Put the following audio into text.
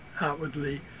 outwardly